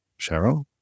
Cheryl